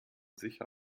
sicher